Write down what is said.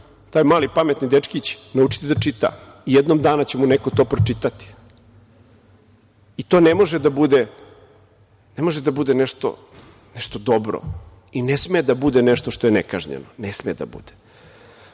taj mali pametni dečkić naučiti da čita i jednog dana će mu neko to pročitati. To ne može da bude nešto dobro i ne sme da bude nešto što je nekažnjeno. Ne sme da